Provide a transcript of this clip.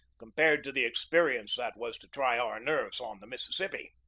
compared to the experience that was to try our nerves on the mississippi.